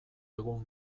egun